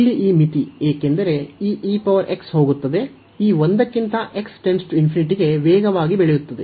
ಇಲ್ಲಿ ಈ ಮಿತಿ ಏಕೆಂದರೆ ಈ ಹೋಗುತ್ತದೆ ಈ ಒಂದಕ್ಕಿಂತ ಗೆ ವೇಗವಾಗಿ ಬೆಳೆಯುತ್ತದೆ